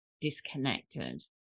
disconnected